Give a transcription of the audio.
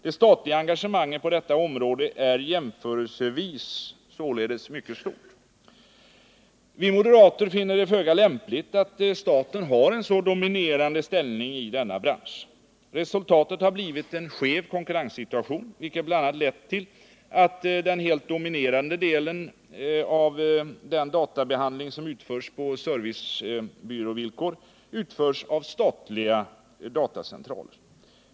Det statliga engagemanget på detta område är således jämförelsevis mycket stort. Vi moderater finner det föga lämpligt att staten har en så dominerande ställning i denna bransch. Resultatet har blivit en skev konkurrenssituation, vilket bl.a. lett till att den helt dominerande delen av den databehandling som utförs på servicebyråvillkor utförs av statliga datacentraler.